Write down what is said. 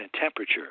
temperature